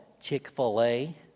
Chick-fil-A